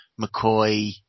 McCoy